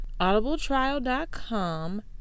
audibletrial.com